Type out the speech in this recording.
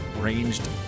ranged